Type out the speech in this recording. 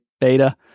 beta